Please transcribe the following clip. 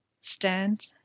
Stand